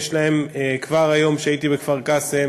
כבר היום, כשהייתי בכפר-קאסם,